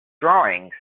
drawings